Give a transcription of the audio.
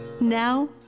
Now